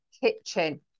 kitchen